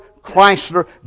Chrysler